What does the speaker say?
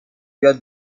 یاد